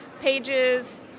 pages